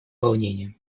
волнением